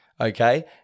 okay